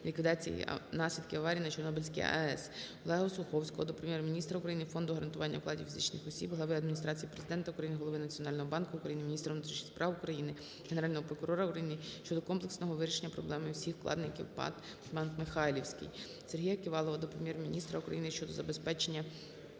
ліквідації наслідків аварії на Чорнобильській АЕС. Олега Осуховського до Прем'єр-міністра України, Фонду гарантування вкладів фізичних осіб, глави Адміністрації Президента України, Голови Національного банку України, міністра внутрішніх справ України, Генерального прокурора України щодо комплексного вирішення проблеми всіх вкладників ПАТ"Банк Михайлівський". Сергія Ківалова до Прем'єр-міністра України щодо забезпечення